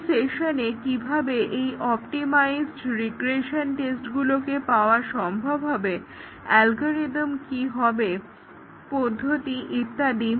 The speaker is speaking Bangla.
এই সেশনে কিভাবে এই অপটিমাইজড রিগ্রেশন টেস্টগুলোকে পাওয়া সম্ভব হবে অ্যালগরিদম কি হবে পদ্ধতি ইত্যাদি